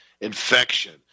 infection